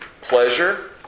pleasure